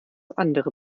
andere